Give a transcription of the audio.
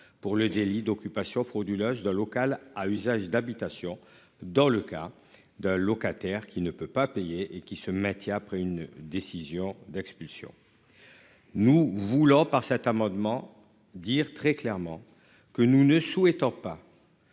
pour le délit d'occupation frauduleuse de local à usage d'habitation dans le cas de locataires qui ne peut pas payer et qui se maintient après une décision d'expulsion. Nous voulons par cet amendement dire très clairement que nous ne souhaitons pas.